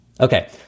Okay